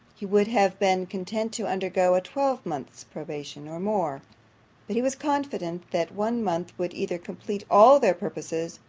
he would have been content to undergo a twelvemonth's probation, or more but he was confident, that one month would either complete all their purposes,